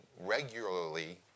regularly